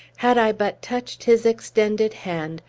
had i but touched his extended hand,